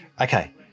Okay